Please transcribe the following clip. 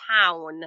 town